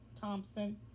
thompson